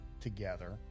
together